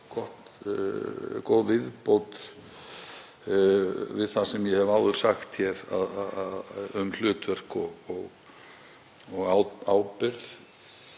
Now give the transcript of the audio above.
góð viðbót við það sem ég hef áður sagt hér um hlutverk, ábyrgð